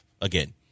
again